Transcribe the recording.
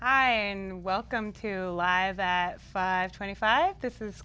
i and welcome to live that five twenty five this is